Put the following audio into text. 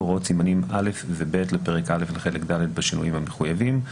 הוראות סימנים א ו-ב' לפרק א' לחלק ד' בשינויים המחויבים.